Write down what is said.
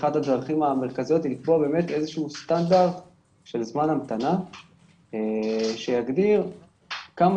אחת הדרכים המרכזיות היא לקבוע סטנדרט של זמן המתנה שיגדיר כמה